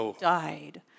died